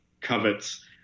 covets